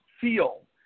feel